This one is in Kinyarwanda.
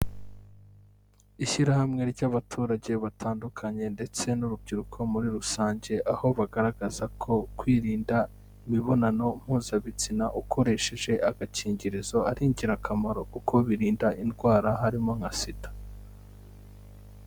Ishyirahamwe ry'abaturage batandukanye ndetse n'urubyiruko muri rusange, aho bagaragaza ko kwirinda imibonano mpuzabitsina ukoresheje agakingirizo ari ingirakamaro, kuko birinda indwara, harimo nka Sida.